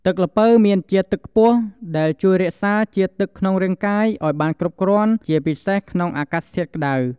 ទឹកល្ពៅមានជាតិទឹកខ្ពស់ ដែលជួយរក្សា ជាតិទឹកក្នុងរាងកាយ ឲ្យបានគ្រប់គ្រាន់ ជាពិសេសក្នុងអាកាសធាតុក្តៅ។